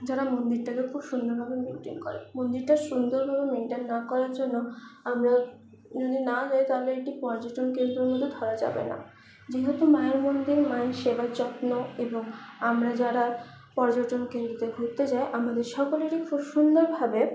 যারা মন্দিরটাকে খুব সুন্দরভাবে মেইনটেন করে মন্দিরটা সুন্দরভাবে মেনইটেন না করার জন্য আমরা যদি না যাই তাহলে এটি পর্যটন কেন্দ্রের মধ্যে ধরা যাবে না যেহেতু মায়ের মন্দির মায়ের সেবা যত্ন এবং আমরা যারা পর্যটন কেন্দ্রতে ঘুরতে যাই আমাদের সকলেরই খুব সুন্দরভাবে